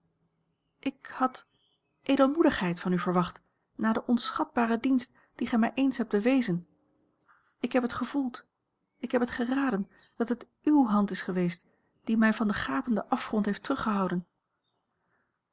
ik had edelmoedigheid van u verwacht na den onschatbaren dienst dien gij mij eens hebt bewezen ik heb het gevoeld ik heb het geraden dat het uwe hand is geweest die mij van den gapenden afgrond heeft